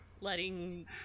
letting